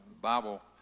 Bible